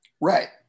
Right